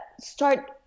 start